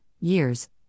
years